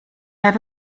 have